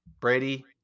Brady